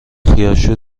خیارشور